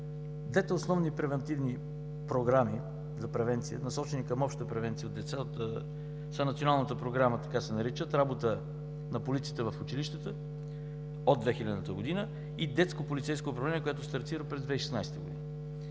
Двете основни превантивни програми за превенция, насочени към обща превенция на деца за националната програма, така се наричат, „Работа на полицията в училищата“ от 2000 г. и „Детско полицейско управление“, която стартира през 2016 г.